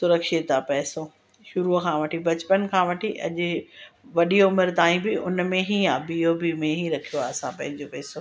सुरक्षित आहे पैसो शुरू खां वठी बचपन खां वठी अॼु वॾी उमिरि ताईं बि उन में ई आहे बी ओ बी में ई रखियो आहे असां पंहिंजो पैसो